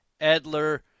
Edler